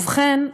ובכן,